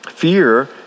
fear